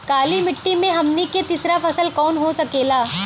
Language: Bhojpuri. काली मिट्टी में हमनी के तीसरा फसल कवन हो सकेला?